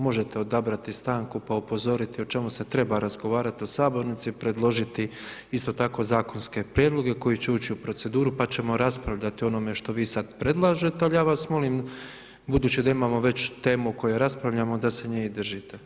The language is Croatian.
Možete odabrati stanku pa upozoriti o čemu se treba razgovarati u sabornici, predložiti isto tako zakonske prijedloge koji će ući u proceduru pa ćemo raspravljati o onome što vi sada predlažete, ali ja vas molim budući da imamo već temu o kojoj raspravljamo da se nje i držite.